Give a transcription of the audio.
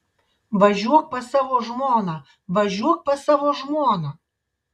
važiuok pas savo žmoną važiuok pas savo žmoną